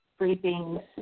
briefings